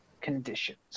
conditions